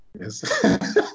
Yes